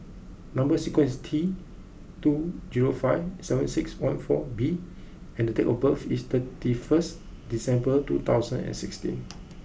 number sequence is T two zero five seven six one four B and date of birth is thirty first December two thousand and sixteen